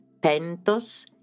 Pentos